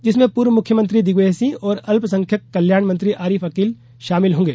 जिसमें पूर्व मुख्यमंत्री दिग्विजय सिंह और अल्पसंख्यक कल्याण मंत्री आरिफ अकील शामिल होंगे